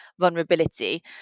vulnerability